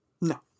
No